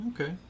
okay